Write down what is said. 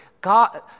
God